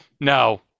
No